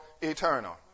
eternal